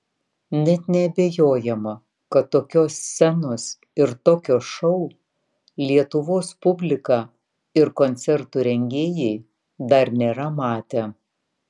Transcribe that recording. net neabejojama kad tokios scenos ir tokio šou lietuvos publika ir koncertų rengėjai dar nėra matę